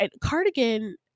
Cardigan